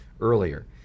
earlier